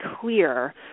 clear